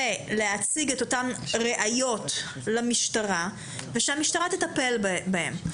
ולהציג את אותן ראיות למשטרה, ושהמשטרה תטפל בהם.